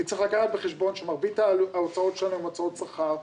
כי צריך לקחת בחשבון שמרבית ההוצאות שלנו הן הוצאות שכר,